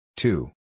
two